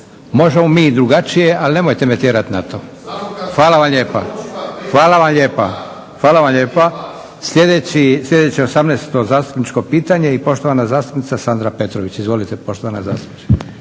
Možemo mi i drugačije ali nemojte me tjerati na to. Hvala vam lijepa. Sljedeće 18.zastupničko pitanje poštovana zastupnika Sandra Petrović. Izvolite poštovana zastupnice.